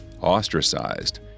ostracized